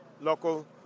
Local